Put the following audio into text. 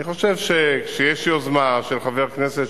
אני חושב שכשיש יוזמה של חבר כנסת,